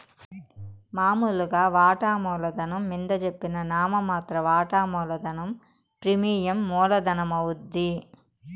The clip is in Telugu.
మామూలుగా వాటామూల ధనం మింద జెప్పిన నామ మాత్ర వాటా మూలధనం ప్రీమియం మూల ధనమవుద్ది